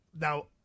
Now